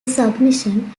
submission